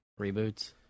reboots